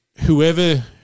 whoever